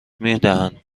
میدهند